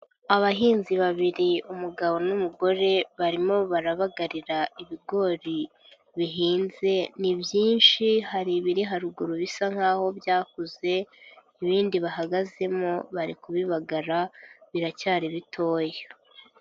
Abahinzi babiri umugabo n'umugore barimo barabagarira ibigori bihinze, ni byinshi hari ibiri haruguru bisa nk'aho byakuze, ibindi bahagazemo bari kubibagara biracyari bitoya.